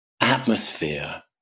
atmosphere